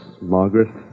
Margaret